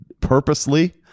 Purposely